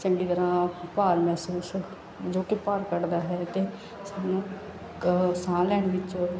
ਚੰਗੀ ਤਰ੍ਹਾਂ ਭਾਲ ਮਹਿਸੂਸ ਜੋ ਕਿ ਭਾਰ ਕੱਢਦਾ ਹੈ ਅਤੇ ਸਾਨੂੰ ਕ ਸਾਹ ਲੈਣ ਵਿੱਚ